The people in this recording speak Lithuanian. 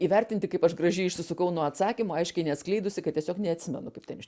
įvertinti kaip aš gražiai išsisukau nuo atsakymo aiškiai neatskleidusi kad tiesiog neatsimenu kaip ten iš